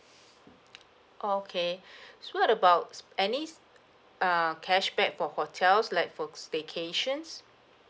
okay so what about s~ any s~ err cashback for hotels like for staycations